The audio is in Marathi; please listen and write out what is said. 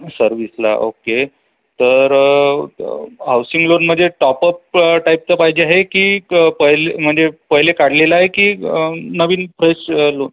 सर्विसला ओके तर हाऊसिंग लोन मध्ये टॉप अप टाईपचं पाहिजे आहे की क पहिले म्हणजे पहिले काढलेलं आहे की नवीन फ्रेश लोन